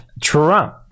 Trump